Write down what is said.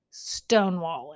stonewalling